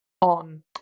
on